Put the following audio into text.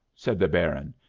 said the baron.